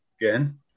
again